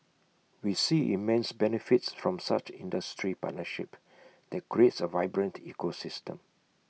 we see immense benefits from such industry partnership that creates A vibrant ecosystem